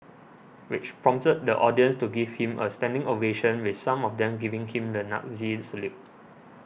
which prompted the audience to give him a standing ovation with some of them giving him the Nazi salute